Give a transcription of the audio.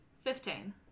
fifteen